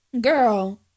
girl